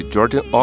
Jordan